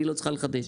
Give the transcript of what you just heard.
אני לא צריכה לחדש.